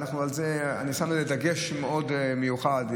אני שם על זה דגש מאוד מיוחד,